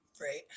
right